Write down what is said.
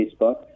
Facebook